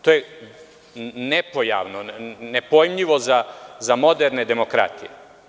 To je nepojmljivo za moderne demokratije.